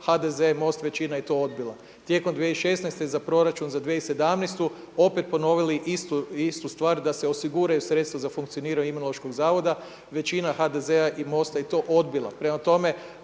HDZ i MOST, većina je to odbila. Tijekom 2016., za proračun za 2017. opet ponovili istu stvar da se osiguraju sredstva za funkcioniranje Imunološkog zavoda, većina HDZ-a i MOST-a je to odbila.